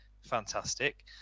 Fantastic